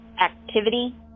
activity